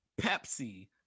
Pepsi